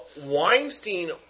Weinstein